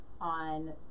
on